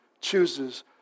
chooses